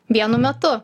vienu metu